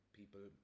people